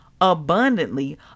abundantly